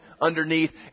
underneath